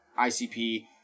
ICP